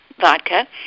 vodka